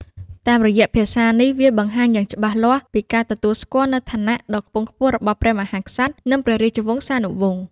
តាមរយៈភាសានេះ វាបង្ហាញយ៉ាងច្បាស់លាស់ពីការទទួលស្គាល់នូវឋានៈដ៏ខ្ពង់ខ្ពស់របស់ព្រះមហាក្សត្រ និងព្រះរាជវង្សានុវង្ស។